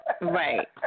Right